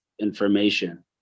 information